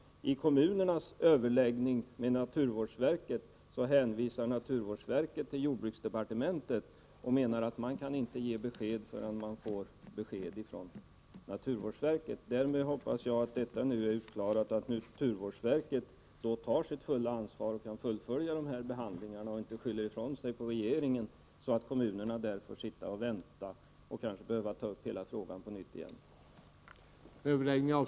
I kommunernas överläggningar med naturvårdsverket hänvisar naturvårdsverket till jordbruksdepartementet och menar att man inte kan ge något besked förrän man fått besked från departementet. Nu hoppas jag att det är utklarat att naturvårdsverket skall ta sitt fulla ansvar och fullfölja behandlingen — och inte skylla ifrån sig på regeringen, så att kommunerna får sitta och vänta och kanske tvingas ta upp hela frågan på